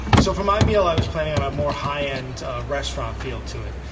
so for my meal i was planning on a more high end restaurant feel to it.